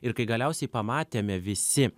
ir kai galiausiai pamatėme visi